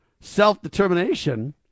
Self-determination